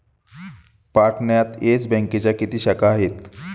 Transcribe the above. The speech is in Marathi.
पाटण्यात येस बँकेच्या किती शाखा आहेत?